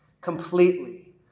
completely